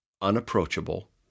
unapproachable